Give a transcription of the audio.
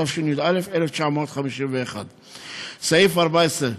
התשי"א 1951. סעיף 14,